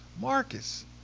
Marcus